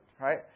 right